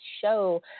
show